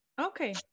Okay